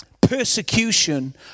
persecution